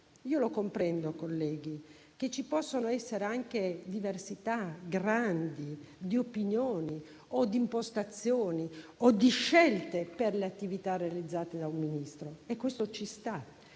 onorevoli colleghi, che ci possono essere anche grandi diversità di opinione, di impostazione o di scelte per le attività realizzate da un Ministro e questo ci sta.